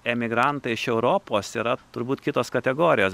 emigrantai iš europos yra turbūt kitos kategorijos